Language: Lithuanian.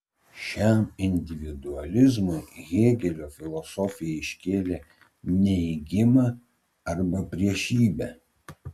šiam individualizmui hėgelio filosofija iškėlė neigimą arba priešybę